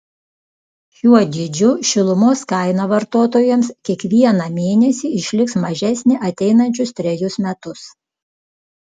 šiuo dydžiu šilumos kaina vartotojams kiekvieną mėnesį išliks mažesnė ateinančius trejus metus